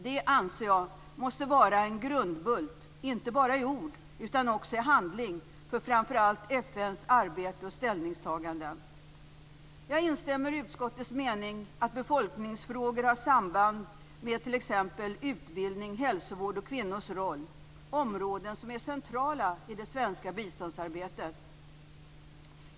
Det anser jag måste vara en grundbult, inte bara i ord utan också i handling, för framför allt Jag instämmer i utskottets mening att befolkningsfrågor har samband med t.ex. utbildning, hälsovård och kvinnors roll, områden som är centrala i det svenska biståndsarbetet.